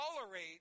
tolerate